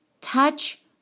touch